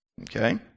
Okay